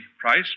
price